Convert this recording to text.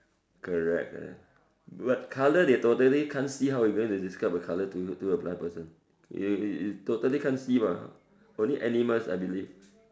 correct ya but colour they totally can't see how we going to describe a colour to a to a blind person you you totally can't see mah only animals I believe